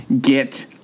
get